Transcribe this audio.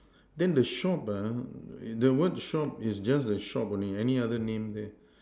then the shop ah the word shop is just a shop only any other name there